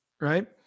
right